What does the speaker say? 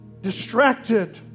distracted